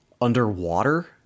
underwater